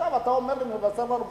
עכשיו אתה אומר לי, מבשר לנו בשורה,